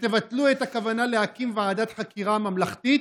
ותבטלו את הכוונה להקים ועדת חקירה ממלכתית?